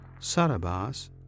Sarabas